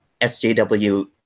SJW